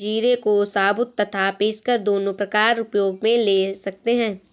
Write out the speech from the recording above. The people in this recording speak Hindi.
जीरे को साबुत तथा पीसकर दोनों प्रकार उपयोग मे ले सकते हैं